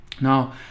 now